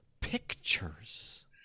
pictures